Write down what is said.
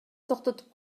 токтотуп